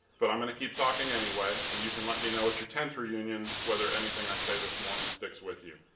but i'm gonna keep talking anyway, and you can let me know at your tenth reunion whether anything i say this morning sticks with you.